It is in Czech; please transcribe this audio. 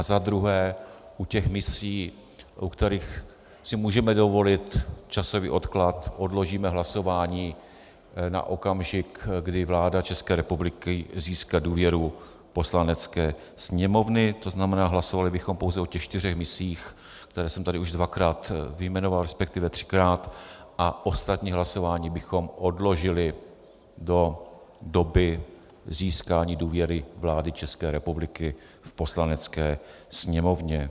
za druhé, u těch misí, u kterých si můžeme dovolit časový odklad, odložíme hlasování na okamžik, kdy vláda České republiky získá důvěru Poslanecké sněmovny, tzn. hlasovali bychom pouze o těch čtyřech misích, které jsem tady už dvakrát vyjmenoval, resp. třikrát, a ostatní hlasování bychom odložili do doby získání důvěry vlády České republiky v Poslanecké sněmovně.